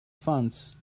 funds